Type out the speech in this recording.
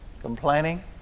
complaining